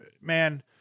man